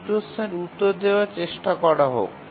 এই প্রশ্নের উত্তর দেওয়ার চেষ্টা করা হক